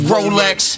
Rolex